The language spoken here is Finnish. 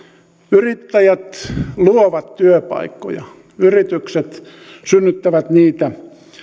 yrittäjät luovat työpaikkoja yritykset synnyttävät niitä